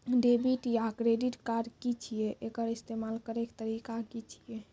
Debit या credit card की छियै? एकर इस्तेमाल करैक तरीका की छियै?